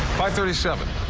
five thirty seven.